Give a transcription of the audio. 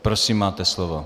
Prosím, máte slovo.